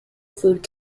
food